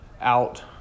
out